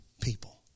people